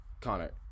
connor